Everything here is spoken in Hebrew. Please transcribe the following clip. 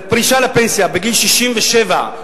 לפרישה לפנסיה בגיל 67,